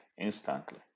instantly